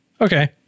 Okay